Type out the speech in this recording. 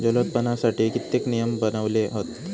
जलोत्पादनासाठी कित्येक नियम बनवले हत